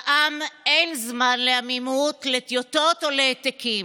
לעם אין זמן לעמימות, לטיוטות או להעתקים.